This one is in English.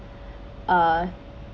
uh